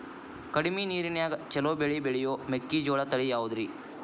ಕಡಮಿ ನೇರಿನ್ಯಾಗಾ ಛಲೋ ಬೆಳಿ ಬೆಳಿಯೋ ಮೆಕ್ಕಿಜೋಳ ತಳಿ ಯಾವುದ್ರೇ?